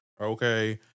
Okay